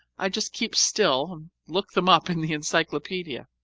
i just keep still and look them up in the encyclopedia.